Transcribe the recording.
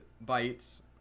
bites